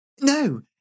No